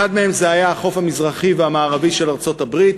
אחד מהם היה החוף המזרחי והמערבי של ארצות-הברית,